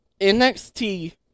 NXT